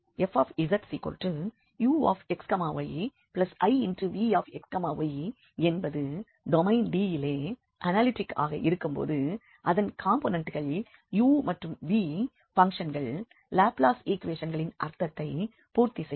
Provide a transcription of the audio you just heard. fzuxyivxy என்பது domain D யிலே analytic ஆக இருக்கும்போது இதன் காம்போனெண்ட்கள் u மற்றும் v பங்க்ஷன்கள் லாப்லாஸ் ஈக்குவேஷன்களின் அர்த்தத்தை பூர்த்தி செய்யும்